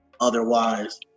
Otherwise